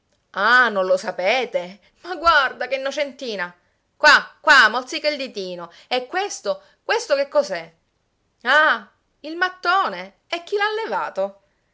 ah non lo sapete ma guarda che innocentina qua qua mozzica il ditino e questo questo che cos'è ah il mattone e chi l'ha levato